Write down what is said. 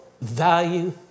value